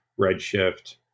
Redshift